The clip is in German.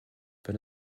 wenn